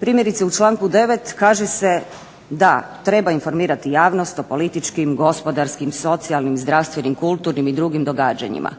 Primjerice u članku 9. kaže se da treba informirati javnost o političkim, gospodarskim, socijalnim, zdravstvenim, kulturnim i drugim događanjima.